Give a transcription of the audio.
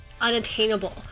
unattainable